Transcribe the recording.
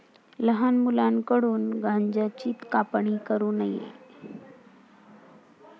लहान मुलांकडून गांज्याची कापणी करू नये